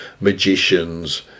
magicians